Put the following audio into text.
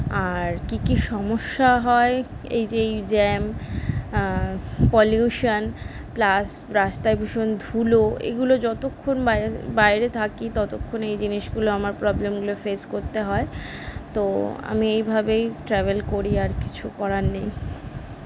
আর কী কী সমস্যা হয় এই যে এই জ্যাম পলিউশান প্লাস রাস্তায় ভীষণ ধুলো এগুলো যতক্ষণ বাইরে বাইরে থাকি ততক্ষণ এই জিনিসগুলো আমার প্রবলেমগুলো ফেস করতে হয় তো আমি এইভাবেই ট্রাভেল করি আর কিছু করার নেই